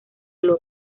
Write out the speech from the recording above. los